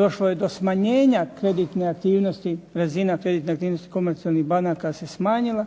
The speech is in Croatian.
došlo je do smanjenja kreditne aktivnosti, razina kreditne aktivnosti komercijalnih banaka se smanjila